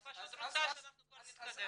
אני פשוט רוצה שאנחנו כבר נתקדם.